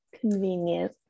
Convenient